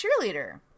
cheerleader